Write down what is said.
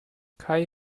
kai